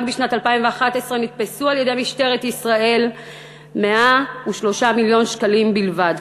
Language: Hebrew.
רק בשנת 2011 נתפסו על-ידי משטרת ישראל 103 מיליון שקלים בלבד,